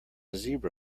zebra